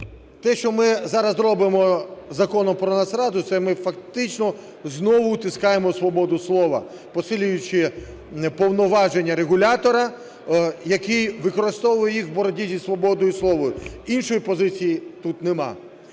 Те, що ми зараз робимо з Законом про Нацраду, це ми фактично знову утискаємо свободу слова, посилюючи повноваження регулятора, який використовує їх у боротьбі зі свободою слова. Іншої позиції тут немає.